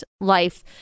life